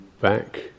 back